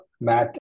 Matt